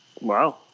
Wow